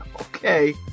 okay